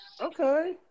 Okay